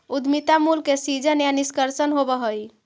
उद्यमिता मूल्य के सीजन या निष्कर्षण होवऽ हई